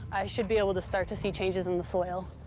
i should be able to start to see changes in the soil.